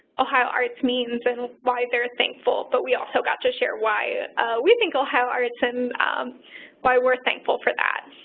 ohio arts mean so and why they're thankful. but we also got to share why we think ohio arts and why we're thankful for that.